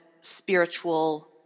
spiritual